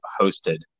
hosted